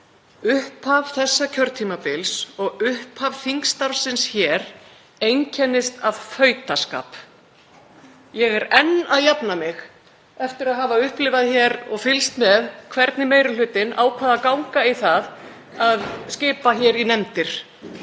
upphaf þessa kjörtímabils og upphaf þingstarfsins hér einkennist af fautaskap. Ég er enn að jafna mig eftir að hafa upplifað hér og fylgst með hvernig meiri hlutinn ákvað að ganga í það að skipa í nefndir